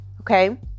Okay